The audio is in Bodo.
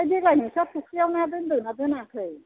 ओमफ्राय देग्लाय नोंसोरहा फुख्रियाव ना दोनदोंना दोनाखै